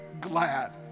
glad